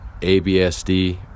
ABSD